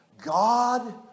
God